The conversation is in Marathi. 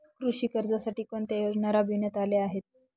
कृषी कर्जासाठी कोणत्या योजना राबविण्यात आल्या आहेत?